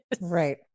right